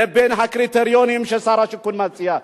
לבין הקריטריונים ששר השיכון מציע.